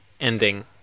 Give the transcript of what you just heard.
ending